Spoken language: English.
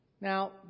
Now